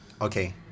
Okay